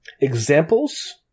examples